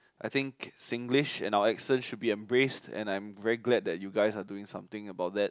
I think Singlish and our accent should be embraced and I'm very glad that you guys are doing something about that